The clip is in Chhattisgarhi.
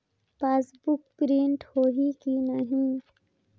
पासबुक प्रिंट होही कि नहीं?